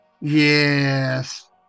Yes